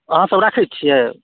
अहाँसभ राखै छियै